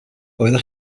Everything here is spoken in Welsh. oeddech